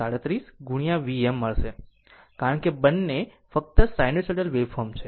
637 Vm મળશે કારણ કે બંને ફક્ત સાઈનુસાઇડલ વેવફોર્મ છે